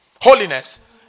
holiness